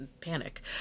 panic